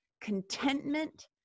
contentment